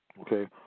Okay